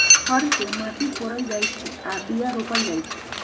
हर से माटि कोरल जाइ छै आऽ बीया रोप्ल जाइ छै